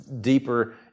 deeper